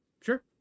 Sure